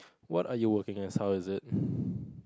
what are you working as how is it